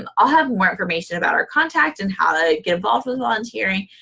um i'll have more information about our contact and how to get involved with volunteering,